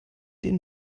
den